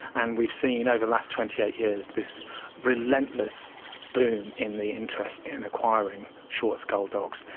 and we've seen over the last twenty eight years this relentless boom in the interest in acquiring short-skulled dogs.